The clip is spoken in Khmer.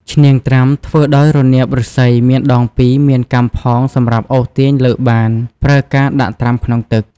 ឈ្នាងត្រាំ ធ្វើដោយរនាបឫស្សី មានដង ២ មានកាំផងសម្រាប់អូសទាញលើកបាន ប្រើការដាក់ត្រាំក្នុងទឹក ។